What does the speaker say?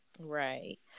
right